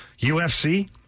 UFC